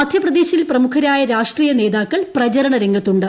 മധ്യപ്രദേശിൽ പ്രമുഖരായ രാഷ്ട്രീയ നേതാക്കൾ പ്രചരണരംഗത്തുണ്ട്